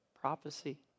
prophecy